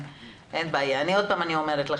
עוד פעם אני אומרת,